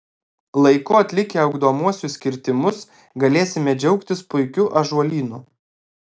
laiku atlikę ugdomuosius kirtimus galėsime džiaugtis puikiu ąžuolynu